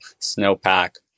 snowpack